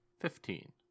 Fifteen